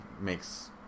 makes